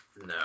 No